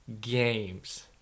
games